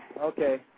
Okay